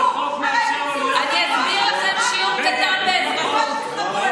אני אסביר לכם שיעור קטן באזרחות.